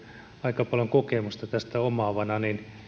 aika paljon kokemusta tästä omaavana